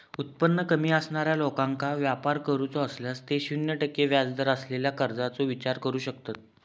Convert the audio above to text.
उत्पन्न कमी असणाऱ्या लोकांका व्यापार करूचो असल्यास ते शून्य टक्के व्याजदर असलेल्या कर्जाचो विचार करू शकतत